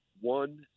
one